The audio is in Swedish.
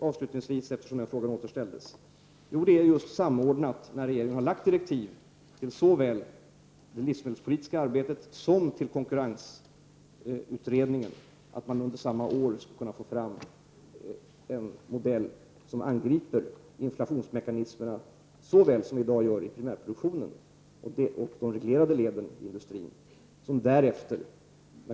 Regeringen har utfärdat direktiv som är samordnade såväl till det livsmedelspolitiska arbetet som till konkurrensutredningen, så att man under samma år skall kunna få fram en modell som angriper de inflationsmekanismer som i dag finns i primärproduktionen och de reglerade leden i industrin.